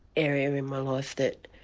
area in my life that